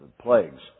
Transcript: plagues